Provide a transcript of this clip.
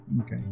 Okay